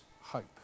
hope